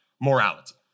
morality